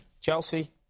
Chelsea